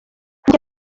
njye